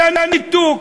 והיה ניתוק.